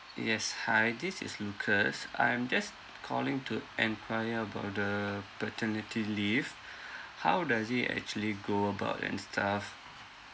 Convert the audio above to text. yes hi this is lukas I'm just calling to enquire about the paternity leave how does it actually go about and stuff